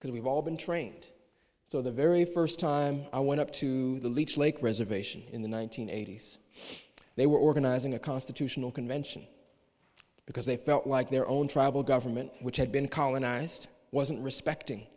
because we've all been trained so the very first time i went up to the leech lake reservation in the one nine hundred eighty s they were organizing a constitutional convention because they felt like their own tribal government which had been colonized wasn't respecting